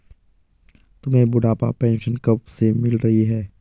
तुम्हें बुढ़ापा पेंशन कब से मिल रही है?